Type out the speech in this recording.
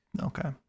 Okay